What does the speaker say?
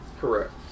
Correct